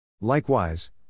Likewise